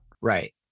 Right